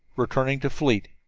returning to fleet.